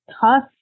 tough